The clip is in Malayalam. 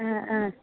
ആ ആ